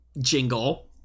jingle